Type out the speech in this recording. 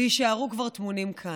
ויישארו כבר טמונים כאן,